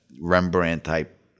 Rembrandt-type